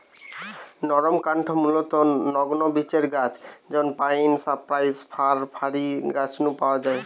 নরমকাঠ মূলতঃ নগ্নবীজের গাছ যেমন পাইন, সাইপ্রাস, ফার হারি গাছ নু পাওয়া যায়